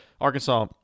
Arkansas